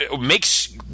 makes